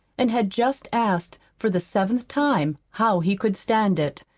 and had just asked for the seventh time how he could stand it,